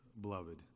beloved